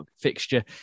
fixture